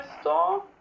store